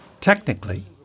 Technically